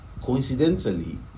Coincidentally